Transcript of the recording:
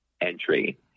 entry